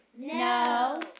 No